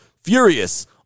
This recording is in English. furious